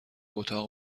اتاق